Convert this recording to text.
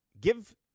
Give